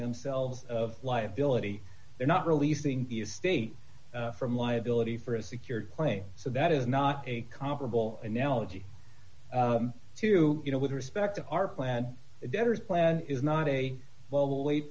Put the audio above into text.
themselves of liability they're not releasing the estate from liability for a secured claim so that is not a comparable analogy to you know with respect to our plan debtors plan is not a well we'll wait